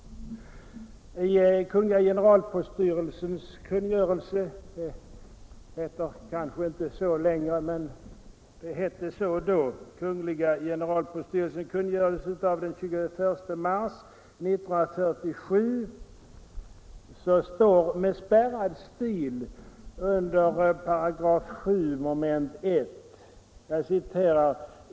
I Kungl. Generalpoststyrelsens kungörelse — det heter kanske inte så längre, men det hette så då — av den 21 mars 1947 står det med spärrad stil under 7 § I mom:.